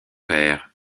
père